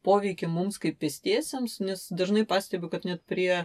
poveikį mums kaip pėstiesiems nes dažnai pastebiu kad net prie